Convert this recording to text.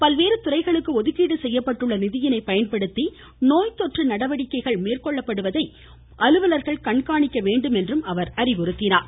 பல்வேறு துறைகளுக்கு ஒதுக்கீடு செய்யப்பட்டுள்ள நிதியினை பயன்படுத்தி நோய்த்தொற்று நடவடிக்கைகள் மேற்கொள்ளப்படுவதை அலுவலர்கள் கண்காணிக்க வேண்டும் என்றும் அவர் கேட்டுக்கொண்டார்